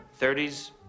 30s